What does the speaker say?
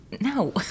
No